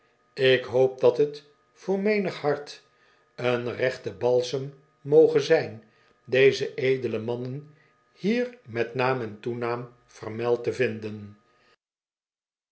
ik hoop dat het voor menig hart een rechte balsem moge zijn deze edele mannen hier met naam en toenaam vermeld te vinden